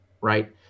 right